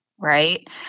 right